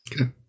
Okay